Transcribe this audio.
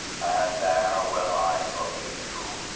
and there will i forgive you,